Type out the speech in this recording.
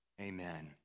Amen